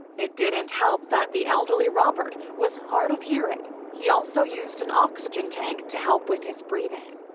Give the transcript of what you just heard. it didn't help that the elderly robert was hard of hearing, he also used an oxygen tank to help with his breathing.